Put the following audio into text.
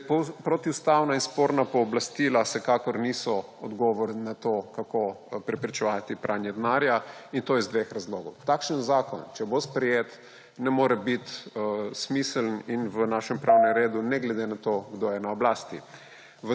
državi. Protiustavna in sporna pooblastila vsekakor niso odgovor na to, kako preprečevati pranje denarja, in to iz dveh razlogov. Takšen zakon, če bo sprejet, ne more biti smiseln in v našem pravnem redu ne glede na to, kdo je na oblasti.